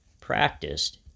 practiced